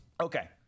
Okay